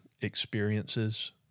experiences